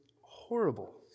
horrible